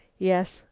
yes,